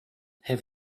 have